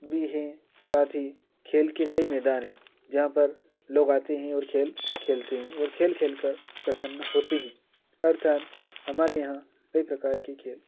भी हैं साथ ही खेल के कई मैदान हैं जहाँ पर लोग आते हैं और खेल खेलते हैं और खेल खेलकर प्रसन्न होते हैं अर्थात हमारे यहाँ कई प्रकार के खेल